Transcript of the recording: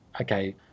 okay